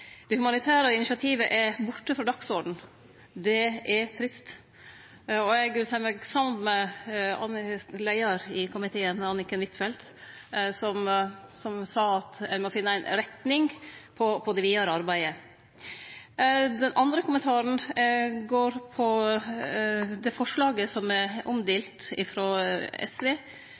Det humanitære initiativet er borte frå dagsordenen. Det er trist, og eg vil seie meg samd med leiaren i komiteen, Anniken Huitfeldt, som sa at ein må finne ei retning på det vidare arbeidet. Den andre kommentaren går på det forslaget som er omdelt, frå SV.